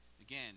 again